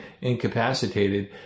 incapacitated